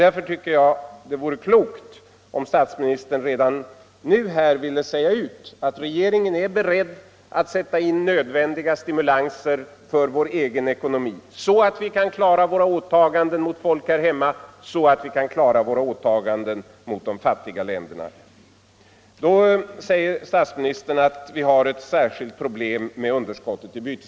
Därför tycker jag att det vore klokt om statsministern redan i dag ville säga ut att regeringen är beredd att sätta in för vår ekonomi nödvändiga stimulanser, så att vi kan klara våra åtaganden mot folk här hemma, så att vi kan klara åtaganden mot de fattiga länderna. Statsministern säger att underskottet i bytesbalansen utgör ett särskilt problem. Det är också riktigt.